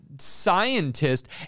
scientist